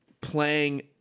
playing